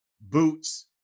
Boots